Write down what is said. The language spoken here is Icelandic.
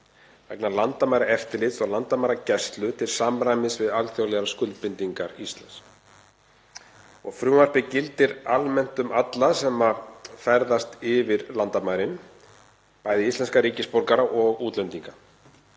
vegna landamæraeftirlits og landamæragæslu til samræmis við alþjóðlegar skuldbindingar Íslands. Frumvarpið gildir almennt um alla sem ferðast yfir landamærin, bæði íslenska ríkisborgara og útlendinga.